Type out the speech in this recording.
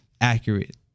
accurate